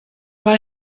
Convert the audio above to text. war